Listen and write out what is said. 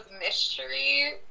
mystery